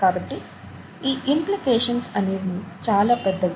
కాబట్టి ఈ ఇంప్లికేషన్స్ అనేవి చాలా పెద్దవి